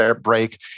break